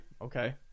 Okay